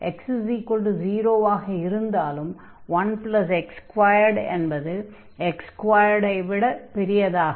x0 ஆக இருந்தாலும் 1x2 என்பது x2 ஐ விட பெரியதாக இருக்கும்